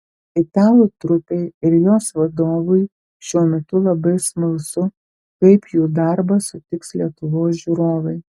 italų trupei ir jos vadovui šiuo metu labai smalsu kaip jų darbą sutiks lietuvos žiūrovai